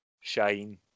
Shane